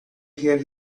hear